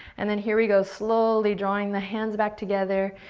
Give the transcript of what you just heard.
and then here we go. slowly drawing the hands back together,